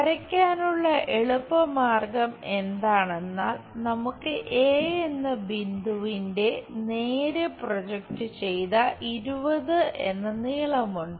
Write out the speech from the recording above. വരയ്ക്കാനുള്ള എളുപ്പമാർഗ്ഗം എന്താണെന്നാൽ നമുക്ക് എ എന്ന ബിന്ദുവിന്റെ നേരേചൊവ്വേ പ്രൊജക്റ്റ് ചെയ്ത 20 എന്ന നീളമുണ്ട്